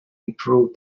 improve